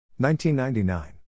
1999